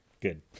Good